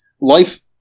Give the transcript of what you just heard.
Life